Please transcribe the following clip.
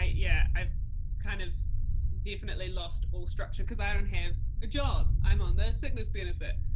yeah. i kind of definitely lost all structure, because i don't have a job, i'm on the sickness benefit,